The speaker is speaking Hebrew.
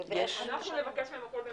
ואיך --- אנחנו נבקש מהם הכול במפורט.